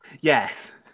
Yes